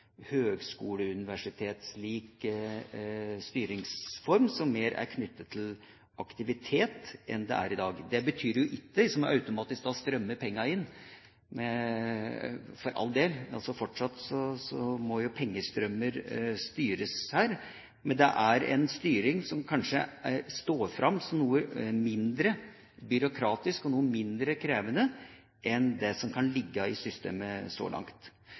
styringsform, som mer er knyttet til aktivitet enn i dag. Det betyr ikke at det da automatisk strømmer penger inn – for all del. Fortsatt må jo pengestrømmer styres her. Men det er en styring som kanskje står fram som noe mindre byråkratisk og noe mindre krevende enn det som kan ligge i systemet så langt.